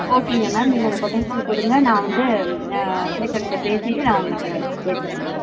ஓகேங்க மேம் நீங்கள் அந்த கொட்டேஷன் கொடுங்க நான் வந்து எங்கள் ஹெச்எம் கிட்ட பேசிவிட்டு நான் உங்கள்கிட்ட பேசறேங்க மேம்